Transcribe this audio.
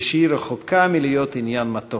ושהיא רחוקה מלהיות עניין מתוק.